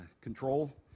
control